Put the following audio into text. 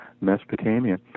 Mesopotamia